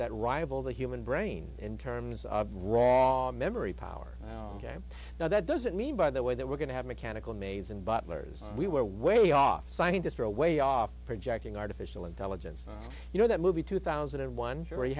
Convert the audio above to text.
that rival the human brain in terms of raw memory power ok now that doesn't mean by the way that we're going to have mechanical maze and butlers we were way off scientists are a way off projecting artificial intelligence you know that movie two thousand and one j